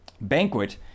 Banquet